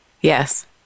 yes